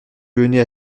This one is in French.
venez